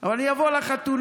אבל אני אבוא לחתונה.